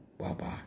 Bye-bye